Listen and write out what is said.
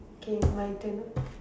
okay my turn ah